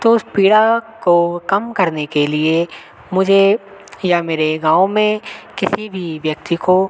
तो उस पीड़ा को कम करने के लिए मुझे या मेरे गाँव में किसी भी व्यक्ति को